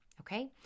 Okay